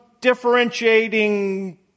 differentiating